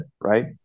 Right